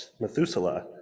Methuselah